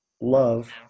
love